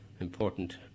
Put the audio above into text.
important